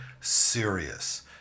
serious